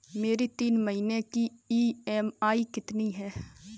मेरी तीन महीने की ईएमआई कितनी है?